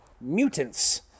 mutants –